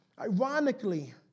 Ironically